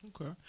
Okay